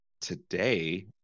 today